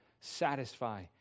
satisfy